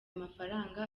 amafaranga